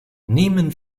nehmen